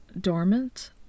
dormant